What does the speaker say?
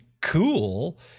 cool